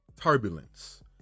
turbulence